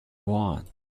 want